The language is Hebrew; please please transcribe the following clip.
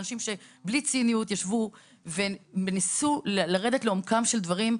אנשים שבלי ציניות ישבו וניסו לרדת לעומקם של דברים,